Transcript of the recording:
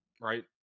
right